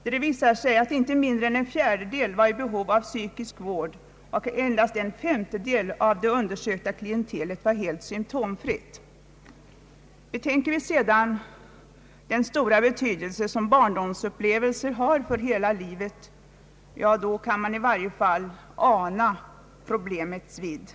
Undersökningen visar att inte mindre än en fjärdedel var i behov av psykisk vård och att endast en femtedel av det undersökta klientelet var helt symptomfritt. Betänker vi sedan den stora betydelse som barndomsupplevelser har för hela livet, kan vi i varje fall ana problemets vidd.